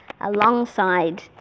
alongside